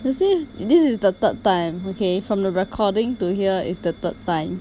you see this is the third time okay from the recording to here is the third time